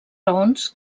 raons